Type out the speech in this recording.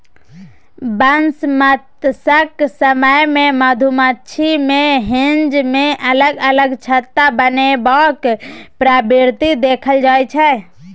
बसंमतसक समय मे मधुमाछी मे हेंज मे अलग अलग छत्ता बनेबाक प्रवृति देखल जाइ छै